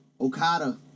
Okada